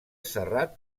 serrat